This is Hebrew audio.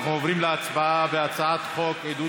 אנחנו עוברים להצבעה על הצעת חוק עידוד